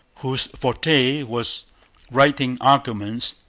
whose forte was writing arguments,